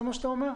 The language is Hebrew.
זה מה שאתה אומר?